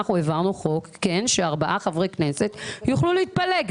אנחנו העברנו חוק שארבעה חברי כנסת יוכלו להתפלג.